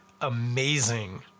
amazing